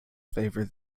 favour